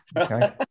Okay